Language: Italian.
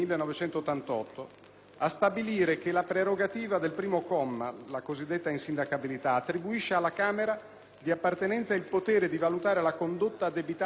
a stabilire che la prerogativa del primo comma (la cosiddetta insindacabilità) attribuisce alla Camera di appartenenza il potere di valutare la condotta addebitata a un proprio membro,